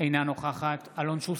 אינה נוכחת אלון שוסטר,